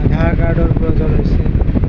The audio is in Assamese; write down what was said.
আধাৰ কাৰ্ডৰ প্ৰয়োজন হৈছিল